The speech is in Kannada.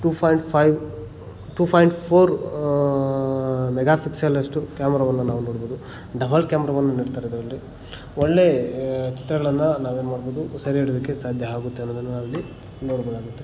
to point five two point four mega ಫಿಕ್ಸೆಲಷ್ಟು ಕ್ಯಾಮ್ರಾವನ್ನು ನಾವು ನೋಡ್ಬೋದು ಡಬಲ್ ಕ್ಯಾಮ್ರಾವನ್ನು ನೀಡ್ತಾರೆ ಇದರಲ್ಲಿ ಒಳ್ಳೇ ಚಿತ್ರಗಳನ್ನು ನಾವೇನುಮಾಡ್ಬೋದು ಸೆರೆ ಹಿಡ್ಯೋದಕ್ಕೆ ಸಾಧ್ಯ ಆಗುತ್ತೆ ಅನ್ನೋದನ್ನು ನಾವಿಲ್ಲಿ ನೋಡ್ಬೋದಾಗಿತ್ತು